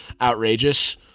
outrageous